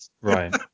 right